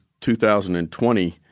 2020